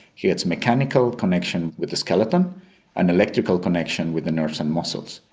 he gets mechanical connection with the skeleton and electrical connection with the nerves and muscles.